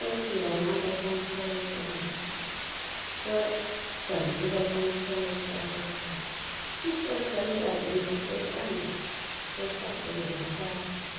कोइ किराना दोकान खोलै ले चाहै छै कोइ सबजी दोकान खोलै ले चाहै छै कि करै गरीब आदमीकेँ पइसा नहि छै पइसाके लिए लाचार छै